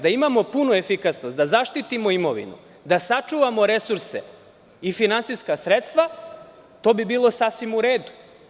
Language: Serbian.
Da imamo punu efikasnost da zaštitimo imovinu, da sačuvamo resurse i finansijska sredstva, to bi bilo sasvim u redu.